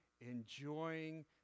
enjoying